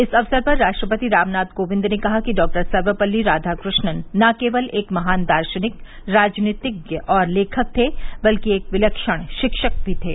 इस अवसर पर राष्ट्रपति रामनाथ कोविंद ने कहा कि डॉक्टर सर्वपल्ली राधाकृष्णन न केवल एक महान दार्शनिक राजनीतिज्ञ और लेखक थे बल्कि एक विलक्षण शिक्षक भी थे